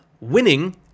Winning